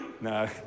No